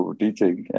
teaching